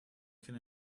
can